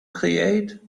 create